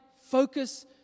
focus